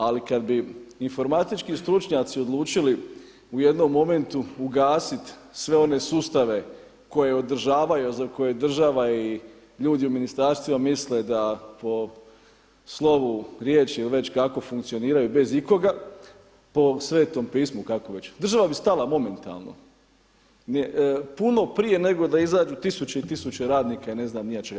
Ali kad bi informatički stručnjaci odlučili u jednom momentu ugasit sve one sustave koje država i ljudi u ministarstvima misle da po slovu riječi ili već kako funkcioniraju bez ikoga po Svetom pismu kako već država bi stala momentalno puno prije nego da izađu tisuće i tisuće radnika i ne znam ni ja čega.